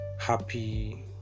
happy